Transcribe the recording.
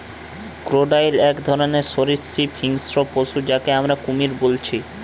crocodile এক ধরণের সরীসৃপ হিংস্র পশু যাকে আমরা কুমির বলছি